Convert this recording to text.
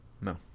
No